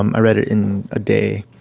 i read it in a day.